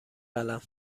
قلم